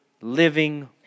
living